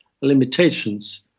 limitations